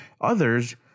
others